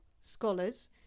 scholars